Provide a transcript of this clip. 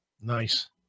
Nice